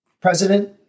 president